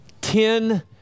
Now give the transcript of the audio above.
Ten